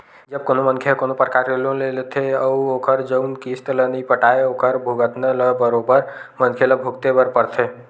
जब कोनो मनखे ह कोनो परकार के लोन ले लेथे अउ ओखर जउन किस्ती ल नइ पटाय ओखर भुगतना ल बरोबर मनखे ल भुगते बर परथे